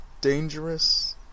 Dangerous